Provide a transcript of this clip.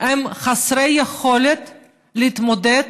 הם חסרי יכולת להתמודד